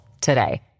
today